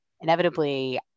inevitably